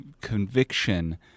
conviction